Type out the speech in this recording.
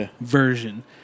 version